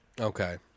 Okay